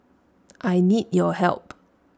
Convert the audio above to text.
I need your help